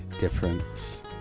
difference